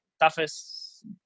toughest